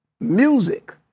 Music